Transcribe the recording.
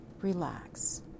relax